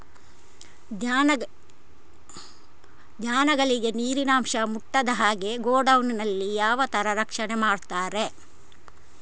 ಧಾನ್ಯಗಳಿಗೆ ನೀರಿನ ಅಂಶ ಮುಟ್ಟದ ಹಾಗೆ ಗೋಡೌನ್ ನಲ್ಲಿ ಯಾವ ತರ ರಕ್ಷಣೆ ಮಾಡ್ತಾರೆ?